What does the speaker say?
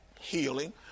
healing